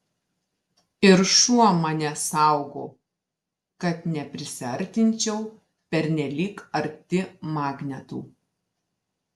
ir šuo mane saugo kad neprisiartinčiau pernelyg arti magnetų